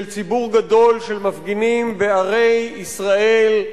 של ציבור גדול של מפגינים בערי ישראל,